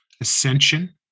Ascension